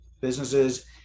businesses